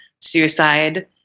suicide